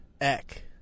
Eck